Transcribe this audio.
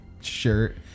shirt